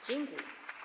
Dziękuję.